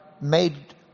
made